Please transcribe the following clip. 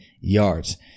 yards